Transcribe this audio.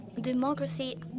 democracy